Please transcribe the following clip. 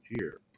year